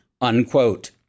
unquote